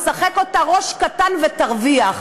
או "שחק אותה ראש קטן ותרוויח".